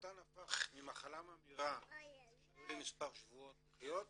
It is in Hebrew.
הסרטן הפך ממחלה ממאירה שהיו לי מספר שבועות לחיות